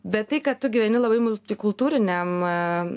bet tai kad tu gyveni labai multikultūriniam